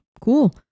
cool